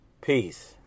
Peace